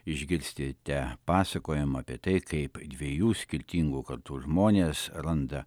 išgirsite pasakojimą apie tai kaip dviejų skirtingų kartų žmonės randa